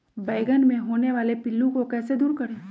बैंगन मे होने वाले पिल्लू को कैसे दूर करें?